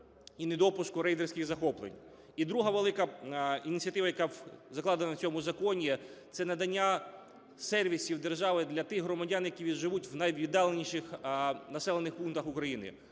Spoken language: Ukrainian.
І друга велика ініціатива, яка закладена в цьому законі, - це надання сервісів держави для тих громадян, які живуть у найвіддаленіших населених пунктах України.